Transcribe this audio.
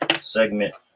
segment